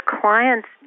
clients